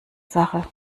sache